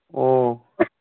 ꯑꯣ